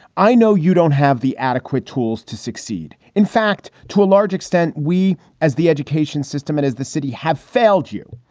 i know you don't have the adequate tools to succeed, in fact, to a large extent. we as the education system and as the city have failed you.